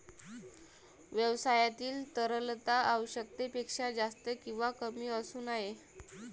व्यवसायातील तरलता आवश्यकतेपेक्षा जास्त किंवा कमी असू नये